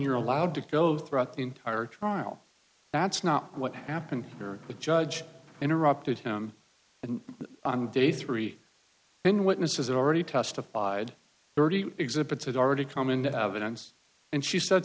you're allowed to go throughout the entire trial that's not what happened here the judge interrupted him and on day three when witnesses already testified thirty exhibits had already come into evidence and she said